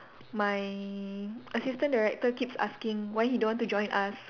my assistant director keeps asking why he don't want to join us